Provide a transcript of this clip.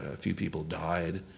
a few people died.